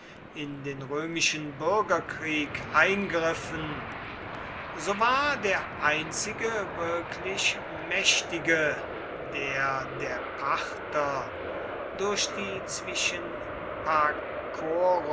in den römischen bürgerkrieg eingriffen so war der einzige wirklich mächtige der der parther durch die